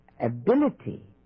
ability